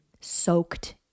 soaked